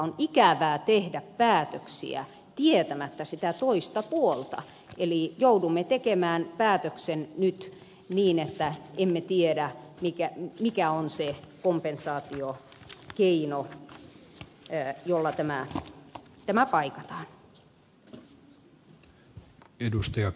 on ikävää tehdä päätöksiä tietämättä sitä toista puolta eli joudumme tekemään päätöksen nyt niin että emme tiedä mikä on se kompensaatiokeino jolla tämä paikataan